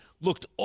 looked